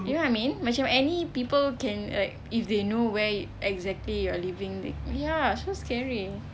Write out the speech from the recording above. you know what I mean macam any people can like if they know where exactly you're living like ya so scary